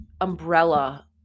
umbrella